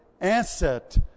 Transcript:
asset